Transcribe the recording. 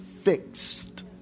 fixed